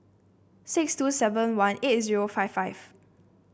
six two seven one eight zero five five